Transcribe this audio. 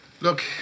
Look